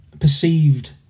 perceived